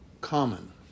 common